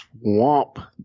swamp